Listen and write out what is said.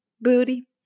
booty